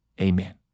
Amen